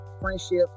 friendship